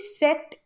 set